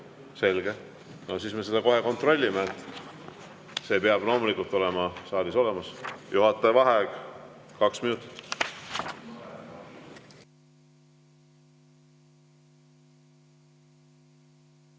Selge. Siis me seda kohe kontrollime. See peab loomulikult olema saalis olemas. Juhataja vaheaeg kaks minutit.V